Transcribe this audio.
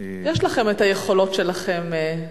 יש לכם היכולות שלכם.